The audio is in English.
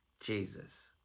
Jesus